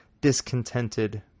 discontented